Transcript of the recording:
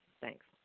Thanks